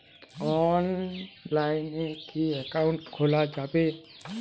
অনলাইনে কি অ্যাকাউন্ট খোলা যাবে?